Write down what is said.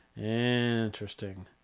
Interesting